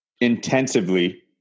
intensively